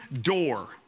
door